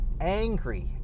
angry